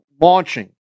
launching